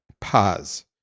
Pause